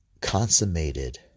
consummated